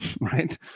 right